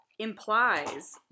implies